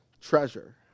treasure